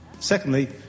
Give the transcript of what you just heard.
Secondly